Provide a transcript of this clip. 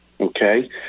okay